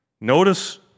Notice